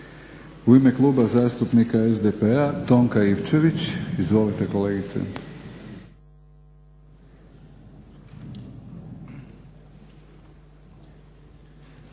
U ime Kluba zastupnika SDP-a Tonka Ivčević. Izvolite kolegice.